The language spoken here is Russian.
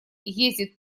ездит